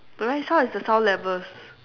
the right side is the sound levels